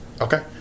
Okay